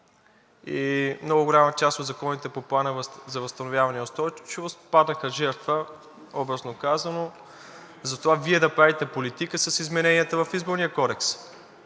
и много голяма част от законите по Плана за възстановяване и устойчивост паднаха жертва – образно казано, затова Вие да правите политика с измененията в Изборния кодекс